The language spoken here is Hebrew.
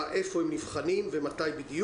הם יקבלו את ההודעה איפה הם נבחנים ומתי בדיוק.